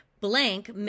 Blank